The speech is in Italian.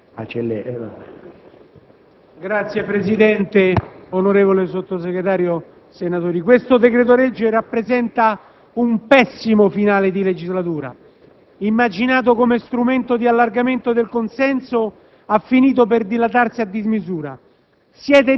Signor Presidente, onorevole Sottosegretario, onorevoli senatori, questo decreto-legge rappresenta un pessimo atto finale della legislatura. Immaginato come strumento di allargamento del consenso, ha finito per dilatarsi a dismisura.